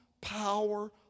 power